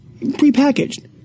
prepackaged